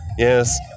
Yes